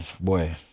boy